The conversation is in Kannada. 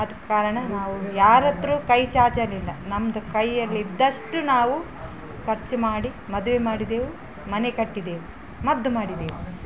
ಆದ ಕಾರಣ ನಾವು ಯಾರತ್ರ ಕೈ ಚಾಚಲಿಲ್ಲ ನಮ್ಮದು ಕೈಯಲ್ಲಿದ್ದಷ್ಟು ನಾವು ಖರ್ಚು ಮಾಡಿ ಮದುವೆ ಮಾಡಿದೆವು ಮನೆ ಕಟ್ಟಿದೆವು ಮದ್ದು ಮಾಡಿದೆವು